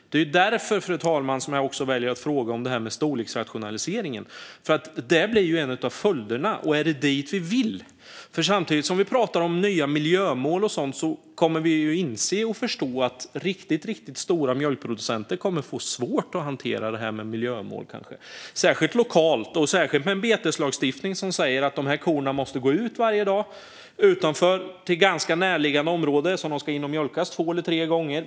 Det är därför, fru talman, som jag väljer att fråga om storleksrationaliseringen; den blir en av följderna. Men är det dit vi vill? Vi pratar om nya miljömål och sådant. Men vi kommer att inse och förstå att riktigt stora mjölkproducenter kanske kommer att få svårt att hantera det här med miljömål, särskilt lokalt. Vi har en beteslagstiftning som säger att korna måste gå ut varje dag till ett ganska närliggande område. Sedan ska de in och mjölkas två eller tre gånger.